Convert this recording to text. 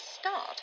start